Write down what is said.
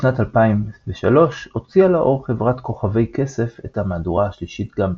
בשנת 2003 הוציאה לאור חברת כוכבי-כסף את המהדורה השלישית גם בעברית.